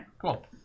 Cool